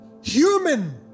human